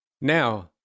Now